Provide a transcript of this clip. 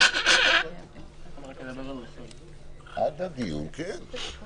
וגם נבקש להגיש מטעם משרד התיירות חוות דעת לעניין הכלכלי.